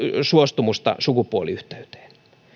suostumusta sukupuoliyhteyteen